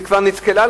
היא כבר נתקלה,